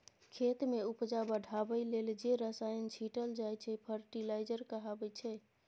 खेत मे उपजा बढ़ाबै लेल जे रसायन छीटल जाइ छै फर्टिलाइजर कहाबै छै